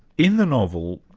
in the novel,